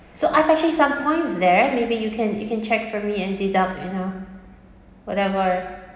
so I actually have some points there maybe you can you can check for me and deduct you know whatever